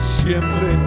siempre